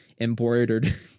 embroidered